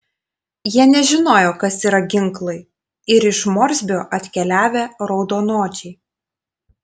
jie nežinojo kas yra ginklai ir iš morsbio atkeliavę raudonodžiai